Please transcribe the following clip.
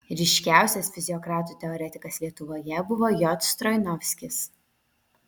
ryškiausias fiziokratų teoretikas lietuvoje buvo j stroinovskis